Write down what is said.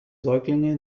säuglinge